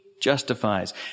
justifies